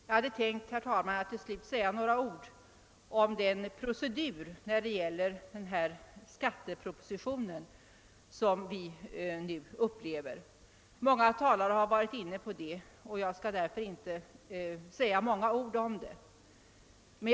Jag hade tänkt, herr talman, att till slut säga några ord om den procedur vi upplever i fråga om skattepropositionen. Många talare har varit inne på detta, och jag skall därför inte säga många ord om saken.